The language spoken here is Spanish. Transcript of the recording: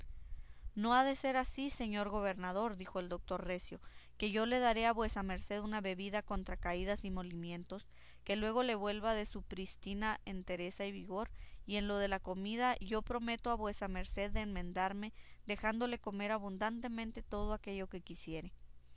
no ha de ser así señor gobernador dijo el doctor recio que yo le daré a vuesa merced una bebida contra caídas y molimientos que luego le vuelva en su prístina entereza y vigor y en lo de la comida yo prometo a vuesa merced de enmendarme dejándole comer abundantemente de todo aquello que quisiere